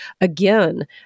again